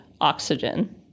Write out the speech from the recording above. oxygen